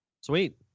Sweet